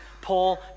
Paul